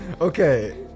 Okay